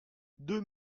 deux